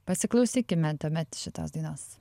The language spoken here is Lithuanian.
pasiklausykime tuomet šitos dainos